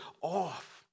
off